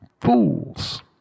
fools